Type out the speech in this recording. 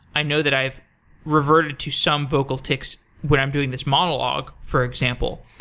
i know that i've reverted to some vocal ticks when i'm doing this monologue, for example,